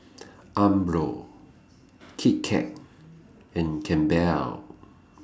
Umbro Kit Kat and Campbell's